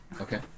Okay